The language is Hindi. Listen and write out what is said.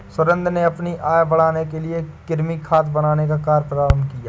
सुरेंद्र ने अपनी आय बढ़ाने के लिए कृमि खाद बनाने का कार्य प्रारंभ किया